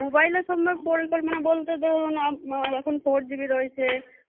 মোবাইলের সঙ্গে মানে বলতে ধরুন আম এখন ফোর জিবি রয়েছে